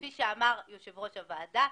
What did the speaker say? כפי שאמר יושב-ראש הוועדה,